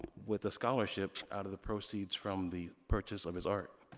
with a scholarship out of the proceeds from the purchase of his art.